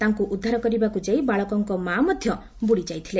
ତାଙ୍କୁ ଉଦ୍ଧାର କରିବାକୁ ଯାଇ ବାଳକଙ୍କ ମା' ମଧ୍ଧ ବୁଡିଯାଇଥିଲେ